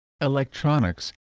electronics